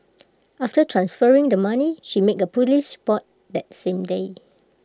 after transferring the money she made A Police report that same day